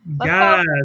Yes